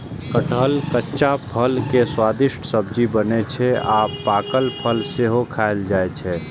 कटहलक कच्चा फल के स्वादिष्ट सब्जी बनै छै आ पाकल फल सेहो खायल जाइ छै